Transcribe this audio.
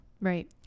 Right